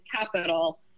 capital